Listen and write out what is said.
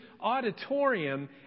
auditorium